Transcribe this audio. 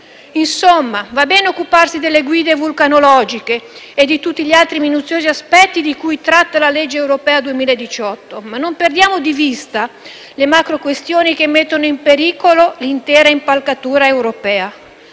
In sostanza, va bene occuparsi delle guide vulcanologiche e di tutti gli altri minuziosi aspetti di cui tratta le legge europea 2018, ma non perdiamo di vista le macroquestioni che mettono in pericolo l'intera impalcatura europea.